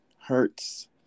hurts